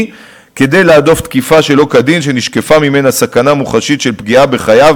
כדי להדוף תקיפה שלא כדין שנשקפה ממנה סכנה מוחשית של פגיעה בחייו,